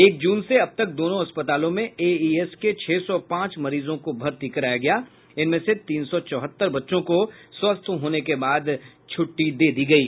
एक जून से अब तक दोनों अस्पतालों में एईएस के छह सौ पांच मरीजों को भर्ती कराया गया जिसमें से तीन सौ चौहत्तर बच्चों को स्वस्थ्य होने के बाद छुट्टी दे दी गयी